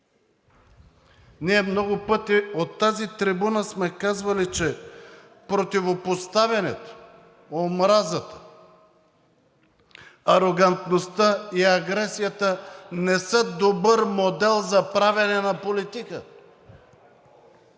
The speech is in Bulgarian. Ние много пъти от тази трибуна сме казвали, че противопоставянето, омразата, арогантността и агресията не са добър модел за правене на политика.